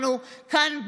אנחנו כאן,